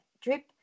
drip